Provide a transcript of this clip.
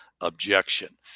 objection